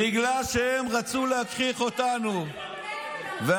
בגלל שהם רצו, אתה יודע בכלל שהוא הדליף?